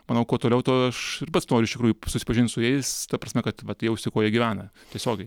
manau kuo toliau tuo aš ir pats noriu iš tikrųjų susipažint su jais ta prasme kad vat jausti kuo jie gyvena tiesiogiai